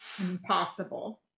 impossible